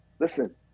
listen –